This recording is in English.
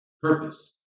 purpose